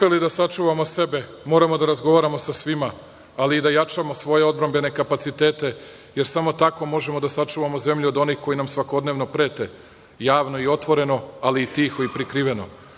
uspeli da sačuvamo sebe, moramo da razgovaramo sa svima, ali i da jačamo svoje odbrambene kapacitete, jer samo tako možemo da sačuvamo zemlju od onih koji nam svakodnevno prete, javno i otvoreno, ali i tiho i prikriveno. Srbija